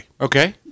Okay